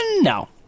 no